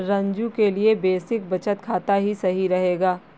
रंजू के लिए बेसिक बचत खाता ही सही रहेगा